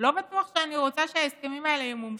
לא בטוח שאני רוצה שההסכמים האלה ימומשו.